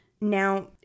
Now